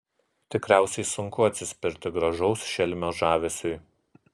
tikriausiai sunku atsispirti gražaus šelmio žavesiui